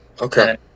Okay